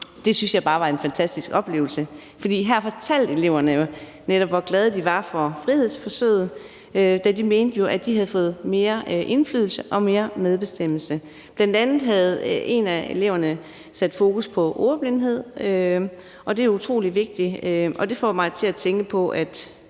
– synes jeg bare var en fantastisk oplevelse. For her fortalte eleverne jo netop, hvor glade de var for frihedsforsøget, da de jo mente, at de havde fået mere indflydelse og mere medbestemmelse. Bl.a. havde en af eleverne sat fokus på ordblindhed, og det er utrolig vigtigt, og det får mig til at tænke på